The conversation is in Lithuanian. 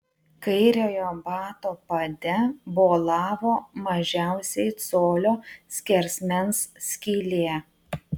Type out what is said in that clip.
kairiojo bato pade bolavo mažiausiai colio skersmens skylė